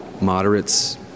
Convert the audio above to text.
moderates